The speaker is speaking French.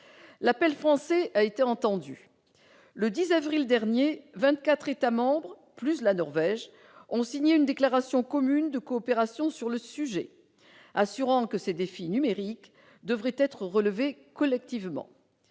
L'appel français a été entendu. Le 10 avril dernier, vingt-quatre États membres, plus la Norvège, ont signé une déclaration commune de coopération sur le sujet, assurant que ces défis numériques devaient être relevés collectivement.